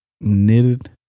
knitted